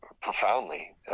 profoundly